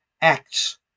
acts